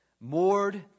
Moored